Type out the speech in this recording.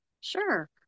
Sure